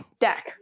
Deck